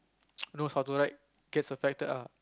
knows how to ride gets affected ah